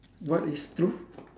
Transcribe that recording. what is true